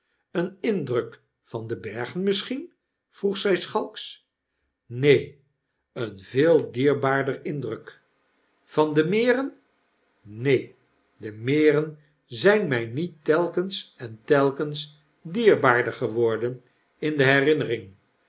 een indruk van de bergen misschien vroeg zy schalks neen een veel dierbaarder indruk van de meren neen de meren zijn my niet telkens en telkens dierbaarder geworden in de herinnering